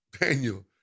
Daniel